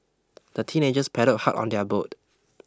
the teenagers paddled hard on their boat